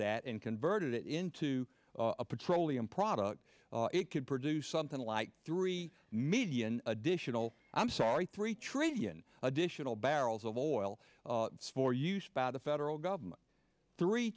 that and converted it into a petroleum product it could produce something like three million additional i'm sorry three trillion additional barrels of oil for use by the federal government three